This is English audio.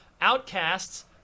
Outcasts